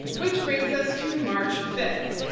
which brings us to march fifth.